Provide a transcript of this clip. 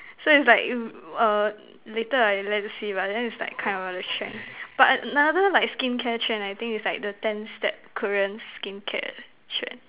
so is like err later I let you see but then is like that kind of the trend but another like skincare trend I think is like the ten step Korean skincare trend